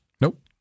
Nope